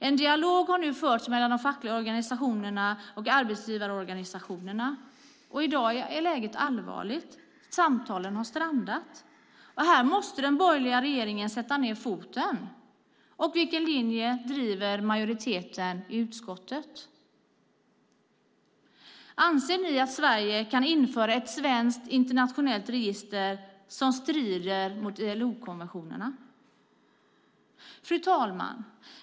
En dialog har nu förts mellan de fackliga organisationerna och arbetsgivarorganisationerna, och i dag är läget allvarligt. Samtalen har strandat. Här måste den borgerliga regeringen sätta ned foten. Vilken linje driver majoriteten i utskottet? Anser ni att Sverige kan införa ett svenskt internationellt register som strider mot ILO-konventionerna? Fru talman!